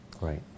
Right